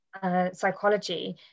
Psychology